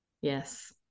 Yes